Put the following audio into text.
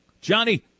Johnny